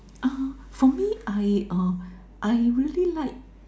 ah for me I uh I really like